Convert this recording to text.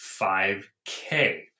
5K